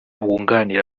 wunganira